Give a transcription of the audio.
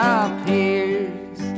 appears